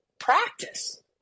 practice